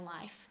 life